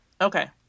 Okay